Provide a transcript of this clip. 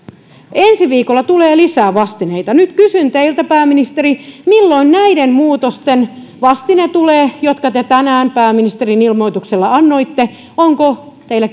ensi viikolla tulee lisää vastineita nyt kysyn teiltä pääministeri milloin tulee näiden muutosten vastine jotka te tänään pääministerin ilmoituksella annoitte onko teillä